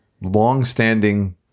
long-standing